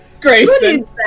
Grayson